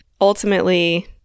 ultimately